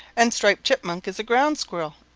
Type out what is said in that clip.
and striped chipmunk is a ground squirrel,